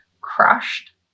crushed